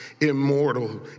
immortal